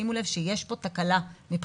ותשימו לב שיש פה תקלה מבחינתי.